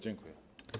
Dziękuję.